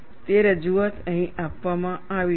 તે રજૂઆત અહીં આપવામાં આવી છે